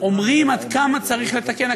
אומרים עד כמה צריך לתקן.